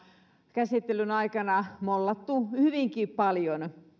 käsittelyn aikana mollattu hyvinkin paljon